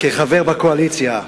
כחבר בקואליציה.